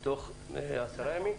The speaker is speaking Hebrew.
פה תוך עשרה ימים.